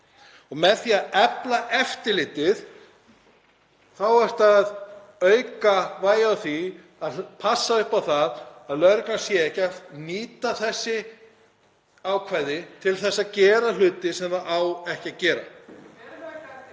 Og með því að efla eftirlitið þá ætti að auka vægið í því að passa upp á það að lögreglan sé ekki að nýta þessi ákvæði til að gera hluti sem á ekki að gera.